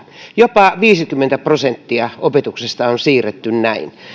jopa viisikymmentä prosenttia opetuksesta on siirretty näin